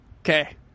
okay